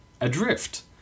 adrift